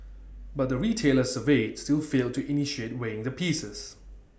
but the retailers surveyed still failed to initiate weighing the pieces